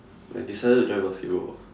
I decided to join basketball